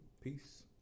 Peace